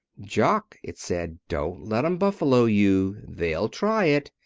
jock, it said, don't let em buffalo you. they'll try it.